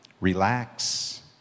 relax